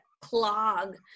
clog